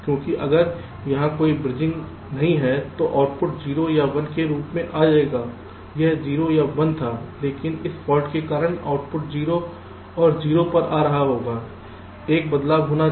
क्योंकि अगर यहां कोई ब्रिजिंग नहीं है तो आउटपुट 0 या 1 के रूप में आ जाएगा यह 0 या 1 था लेकिन इस फाल्ट के कारण आउटपुट 0 और 0 आ रहा होगा एक बदलाव होगा